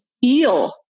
feel